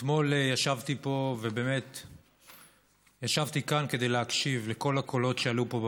אתמול ישבתי כאן כדי להקשיב לכל הקולות שעלו פה,